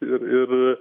ir ir